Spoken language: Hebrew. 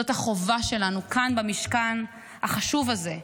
זאת החובה שלנו כאן, במשכן החשוב הזה,